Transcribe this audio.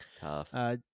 Tough